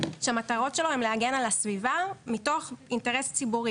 שהמטרות שלו הן להגן על הסביבה מתוך אינטרס ציבורי.